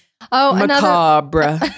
macabre